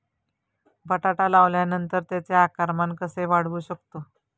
बटाटा लावल्यानंतर त्याचे आकारमान कसे वाढवू शकतो?